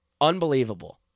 unbelievable